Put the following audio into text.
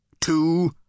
two